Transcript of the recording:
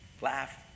Laugh